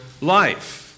life